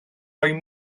roi